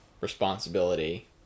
responsibility